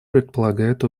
предполагает